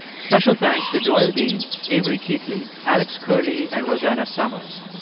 special thanks to doyle dean, avery keatley, alex curley and rosanna summers.